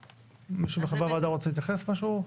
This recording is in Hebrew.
מישהו מחברי הוועדה רוצה להתייחס למשהו?